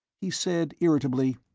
he said irritably,